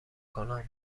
کنم